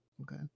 Okay